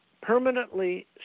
permanently